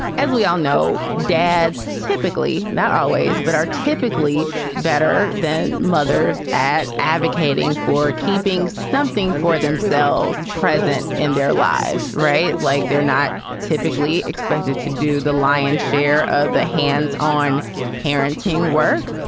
as we all know, dads typically not always, but are typically better than mothers at advocating for keeping something for themselves present in their lives. right. like they're not typically expected to do the lion's share of the hands on parenting work.